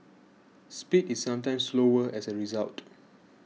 speed is sometimes slower as a result